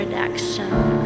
Action